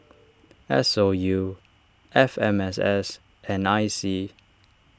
S O U F M S S and I C